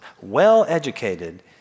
well-educated